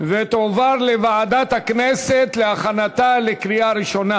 ותועבר לוועדת הכנסת להכנתה לקריאה ראשונה.